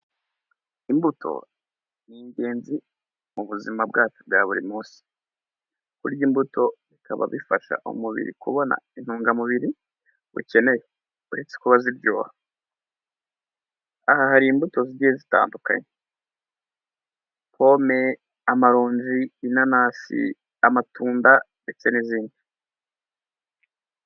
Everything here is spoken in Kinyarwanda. Imbuto ni igenzi mu buzima bwacu bwa buri munsi. Kurya imbuto bikaba bifasha umubiri kubona intungamubiri ukeneye. Uretse kuba ziryoha. Aha hari imbuto zigiye zitandukanye: pome, amaronji, inanasi, amatunda ndetse n'izindi.